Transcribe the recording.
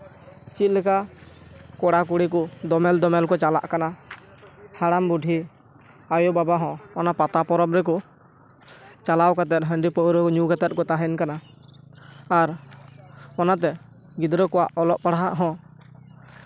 ᱪᱮᱫᱞᱮᱠᱟ ᱠᱚᱲᱟᱼᱠᱩᱲᱤ ᱠᱚ ᱫᱳᱢᱮᱞᱼᱫᱳᱢᱮᱞ ᱠᱚ ᱪᱟᱞᱟᱜ ᱠᱟᱱᱟ ᱦᱟᱲᱟᱢᱼᱵᱩᱰᱷᱤ ᱟᱭᱳ ᱵᱟᱵᱟ ᱦᱚᱸ ᱚᱱᱟ ᱯᱟᱛᱟ ᱯᱚᱨᱚᱵᱽ ᱨᱮᱠᱚ ᱪᱟᱞᱟᱣ ᱠᱟᱛᱮ ᱦᱟᱺᱰᱤ ᱯᱟᱹᱣᱨᱟᱹ ᱧᱩ ᱠᱟᱛᱮ ᱠᱚ ᱛᱟᱦᱮᱱ ᱠᱟᱱᱟ ᱟᱨ ᱚᱱᱟᱛᱮ ᱜᱤᱫᱽᱨᱟᱹ ᱠᱚᱣᱟᱜ ᱚᱞᱚᱜ ᱯᱟᱲᱦᱟᱜ ᱦᱚᱸ